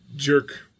Jerk